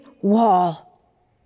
wall